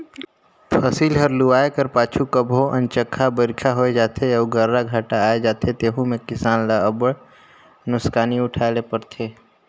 फसिल हर लुवाए कर पाछू कभों अनचकहा बरिखा होए जाथे अउ गर्रा घांटा आए जाथे तेहू में किसान ल अब्बड़ नोसकानी उठाए ले परथे